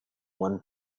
one